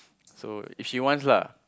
so if she wants lah